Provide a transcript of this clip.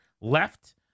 left